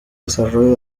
desarrollo